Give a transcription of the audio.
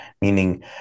meaning